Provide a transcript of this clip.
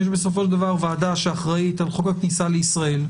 יש בסופו של דבר ועדה שאחראית על חוק הכניסה לישראל,